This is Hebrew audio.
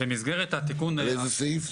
באיזה סעיף?